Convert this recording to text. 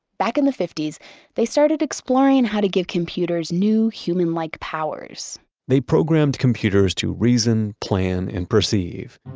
back in the fifty s they started exploring how to give computers new, human like powers they programmed computers to reason, plan and perceive.